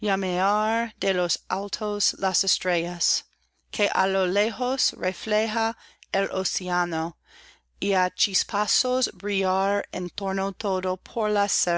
de lo alto las estrellas que á lo lejos refleja el océano y á chispazos brillar en torno